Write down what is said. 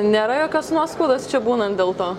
nėra jokios nuoskaudos čia būnant dėl to